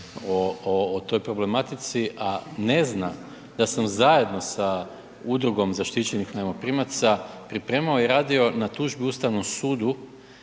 o toj problematici, a ne zna da sam zajedno sa Udrugom zaštićenih najmoprimaca pripremao i radio na tužbi Ustavnom sudu